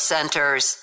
Centers